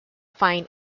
fine